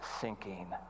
sinking